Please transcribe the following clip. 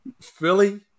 Philly